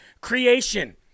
creation